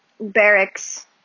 barracks